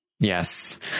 Yes